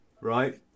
right